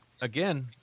again